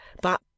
But